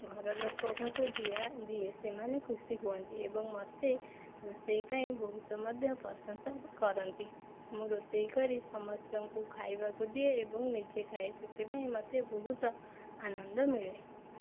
ଘର ଲୋକଙ୍କୁ ଦିଆ ଦିଏ ସେମାନେ ଖୁସି ହୁଅନ୍ତି ଏବଂ ମୋତେ ରୋଷେଇ ପାଇଁ ବହୁତ ମଧ୍ୟ ପ୍ରଶଂସା କରନ୍ତି ମୁଁ ରୋଷେଇ କରି ସମସ୍ତଙ୍କୁ ଖାଇବାକୁ ଦିଏ ଏବଂ ନିଜେ ଖାଏ ସେଥିପାଇଁ ମୋତେ ବହୁତ ଆନନ୍ଦ ମିଳେ